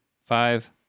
Five